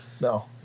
No